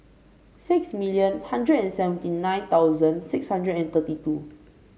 six million hundred and seventy nine thousand six hundred and thirty two